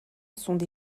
sont